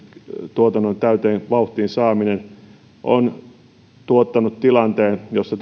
tuotannon täyteen vauhtiin saaminen on tuottanut tilanteen jossa